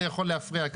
אתה יכול להפריע.